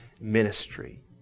ministry